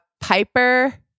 Piper